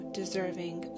deserving